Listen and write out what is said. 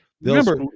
remember